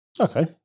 Okay